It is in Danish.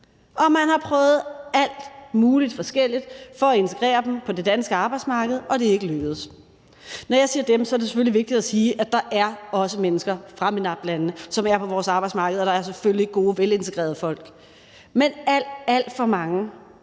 Man har prøvet alt muligt forskelligt for at integrere dem på det danske arbejdsmarked, men det er ikke lykkedes. Når jeg siger »dem«, er det selvfølgelig vigtigt at sige, at der også er mennesker fra MENAPT-landene, som er på vores arbejdsmarked, og der er selvfølgelig gode, velintegrerede folk. Men alt, alt for mange